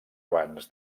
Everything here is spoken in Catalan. abans